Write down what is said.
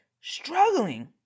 struggling